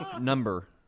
Number